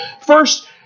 first